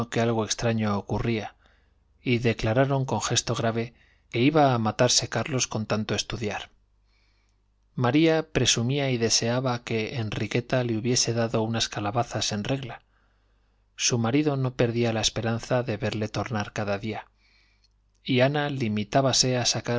algo extraño ocurría y declararon con gesto grave que iba a matarse carlos con tanto estudiar maría presumía y deseaba que enriqueta le hubiese dado unas calabazas en regla su marido no perdía la esperanza de verle tornar cada día y ana limitábase a sacar